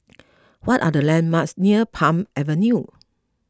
what are the landmarks near Palm Avenue